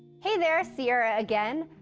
hey there, sierra again.